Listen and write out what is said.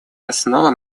основу